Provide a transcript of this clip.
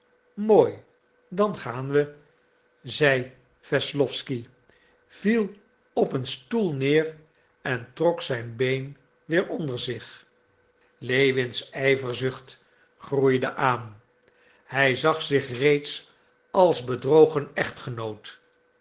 mooi dan gaan we zei wesslowsky viel op een stoel neer en trok zijn been weer onder zich lewins ijverzucht groeide aan hij zag zich reeds als bedrogen echtgenoot